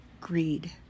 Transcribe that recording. Greed